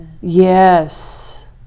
Yes